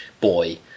boy